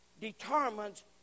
determines